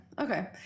Okay